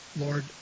Lord